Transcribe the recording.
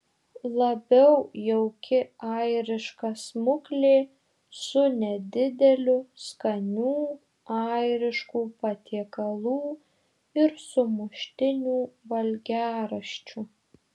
labiau jauki airiška smuklė su nedideliu skanių airiškų patiekalų ir sumuštinių valgiaraščiu